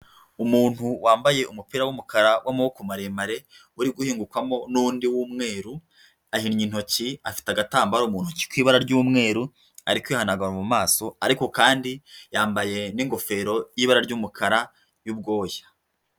Umuntu wambaye umupira w'umukara w'amaboko maremare, uri guhingukwamo n'undi w'umweru, ahinnye intoki, afite agatambaro k'ibara ry'umweru, ari kwihanagura mu maso, ariko kandi yambaye n'ingofero y'ibara ry'umukara y'ubwoya.